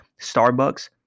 Starbucks